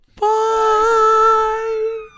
Bye